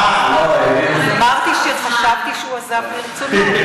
אז אמרתי שחשבתי שהוא עזב מרצונו.